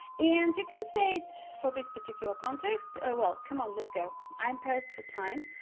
and you can say it for this particular context ah well, come on, let's go, i'm pressed for time'.